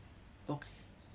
okay